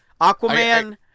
aquaman